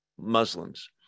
Muslims